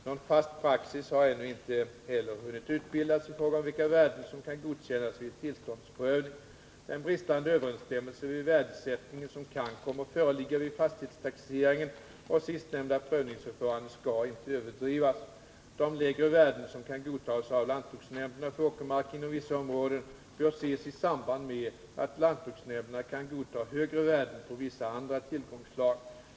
Någon fast praxis har ännu inte heller hunnit utbildas i fråga om vilka värden som kan godkännas vid tillståndsprövning. Den bristande överensstämmelse vid värdesättningen som kan komma att föreligga vid fastighetstaxeringen och sistnämnda prövningsförfarande skall inte överdrivas. De lägre värden som kan godtas av lantbruksnämnderna för åkermark inom vissa områden bör ses i samband med att lantbruksnämnderna kan godta högre värden på vissa andra tillgångsslag.